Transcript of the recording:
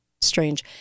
strange